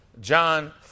John